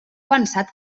pensat